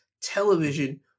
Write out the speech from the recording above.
television